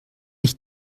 ich